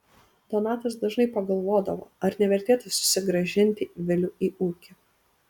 donatas dažnai pagalvodavo ar nevertėtų susigrąžinti vilių į ūkį